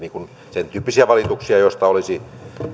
sentyyppisiä valituksia joista olisi